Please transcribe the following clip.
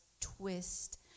twist